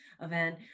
event